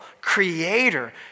creator